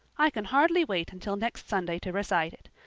i can hardly wait until next sunday to recite it.